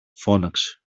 φώναξε